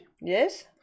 Yes